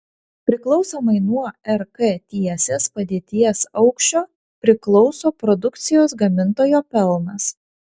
priklausomai nuo rk tiesės padėties aukščio priklauso produkcijos gamintojo pelnas